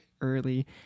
early